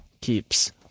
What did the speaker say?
keeps